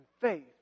faith